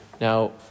Now